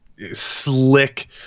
Slick